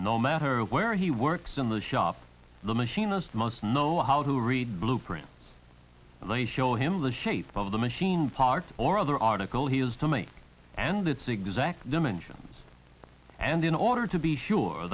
no matter where he works in the shop the machinist must know how to read blueprints and they show him the shape of the machine parts or other article he has to make and its exact dimensions and in order to be sure